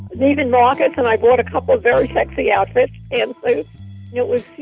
david morgan and i bought a couple of very sexy outfits. and it was, you